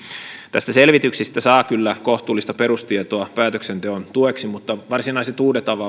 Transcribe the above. tästä selvityksestä saa kyllä kohtuullista perustietoa päätöksenteon tueksi mutta varsinaiset uudet